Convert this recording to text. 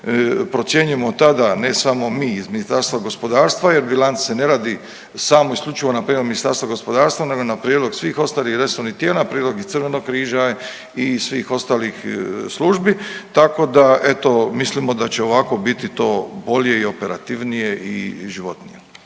procjenjujemo tada ne samo mi iz Ministarstva gospodarstva jer bilance ne radi samo isključivo na prijedlog Ministarstva gospodarstva nego i na prijedlog svih ostalih resornih tijela, … i Crvenog križa i svih ostalih službi, tako da eto mislimo da će ovako biti to bolje i operativnije i životnije.